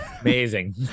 Amazing